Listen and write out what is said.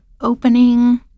opening